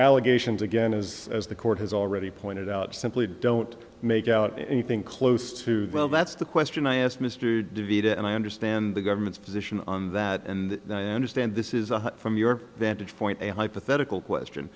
allegations again as the court has already pointed out simply don't make out anything close to well that's the question i asked mr divied and i understand the government's position on that and i understand this is from your vantage point a hypothetical question